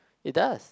it does